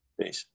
Peace